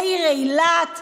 לעיר אילת,